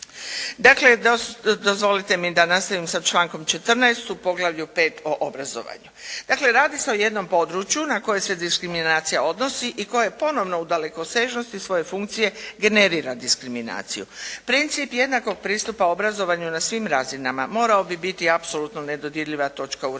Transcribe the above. Dakle, dozvolite mi da nastavim sa člankom 14. u poglavlju 5 o obrazovanju. Dakle, radi se o jednom području na koje se diskriminacija odnosi i koje ponovno u dalekosežnosti svoje funkcije generira diskriminaciju. Princip jednakog pristupa obrazovanju na svim razinama morao bi biti apsolutno nedodirljiva točka u